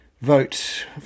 vote